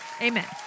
Amen